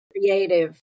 creative